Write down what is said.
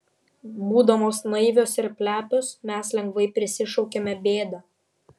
būdamos naivios ir plepios mes lengvai prisišaukiame bėdą